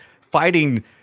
fighting